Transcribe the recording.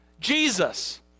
Jesus